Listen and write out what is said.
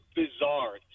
bizarre